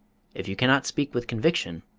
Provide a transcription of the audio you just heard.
if you cannot speak with conviction,